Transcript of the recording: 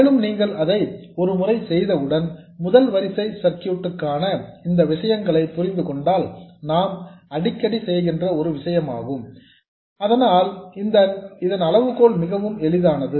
மேலும் நீங்கள் அதை ஒரு முறை செய்தவுடன் முதல் வரிசை சர்க்யூட்ஸ் க்கான இந்த விஷயங்களை புரிந்து கொண்டால் இது நாம் அடிக்கடி செய்கின்ற ஒரு விஷயமாகும் அதனால் இதன் அளவுகோல் மிகவும் எளிதானது